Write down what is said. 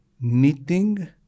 knitting